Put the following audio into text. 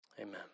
Amen